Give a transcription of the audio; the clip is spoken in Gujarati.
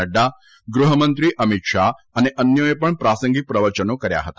નફા ગૃહમંત્રી અમિત શાહ અને અન્યોએ પણ પ્રાસંગિક પ્રવચનો કર્યા હતા